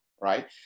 Right